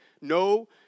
no